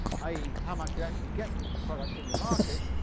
i e. how much you are actually get for the product in the market,